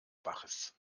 baches